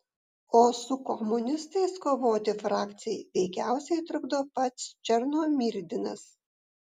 o su komunistais kovoti frakcijai veikiausiai trukdo pats černomyrdinas